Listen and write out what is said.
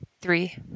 three